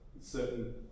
certain